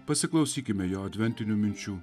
pasiklausykime jo adventinių minčių